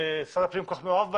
ששר הפנים כל כך מאוהב בהם,